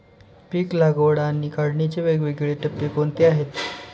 पीक लागवड आणि काढणीचे वेगवेगळे टप्पे कोणते आहेत?